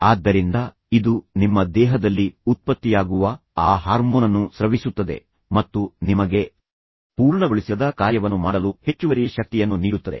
ಆದ್ದರಿಂದ ಇದು ನಿಮ್ಮ ದೇಹದಲ್ಲಿ ಉತ್ಪತ್ತಿಯಾಗುವ ಆ ಹಾರ್ಮೋನನ್ನು ಸ್ರವಿಸುತ್ತದೆ ಮತ್ತು ನಿಮಗೆ ಪೂರ್ಣಗೊಳಿಸಿರದ ಕಾರ್ಯವನ್ನು ಮಾಡಲು ಹೆಚ್ಚುವರಿ ಶಕ್ತಿಯನ್ನು ನೀಡುತ್ತದೆ